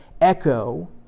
echo